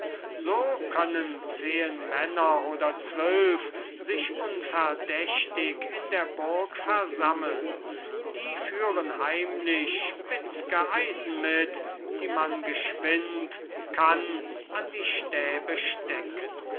so können zehen männer oder zwölf sich unverdächtig in der burg versammeln die führen heimlich spitz'ge eisen mit die man geschwind kann an die stäbe stecken